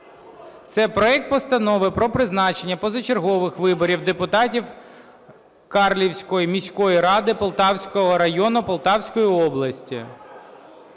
це проект Постанови про призначення позачергових виборів депутатів Карлівської міської ради Полтавського району Полтавської області.